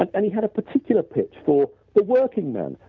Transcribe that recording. and he had a particular pitch for the working man,